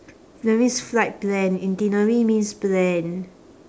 that means flight plan itinerary means plan